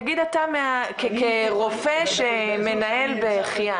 -- תגיד אתה כרופא שמנהל בחייאן.